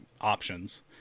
options